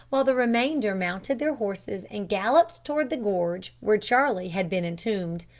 while the remainder mounted their horses and galloped towards the gorge where charlie had been entombed.